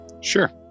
Sure